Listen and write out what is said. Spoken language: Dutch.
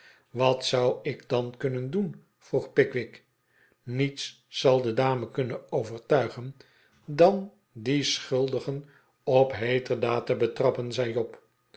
wat zou ik dan kunnen doen vroeg pickwick niets zal de dame kunnen overtuigen dan de schuldigen op heeterdaad te betrappen zei job